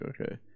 okay